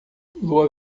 lua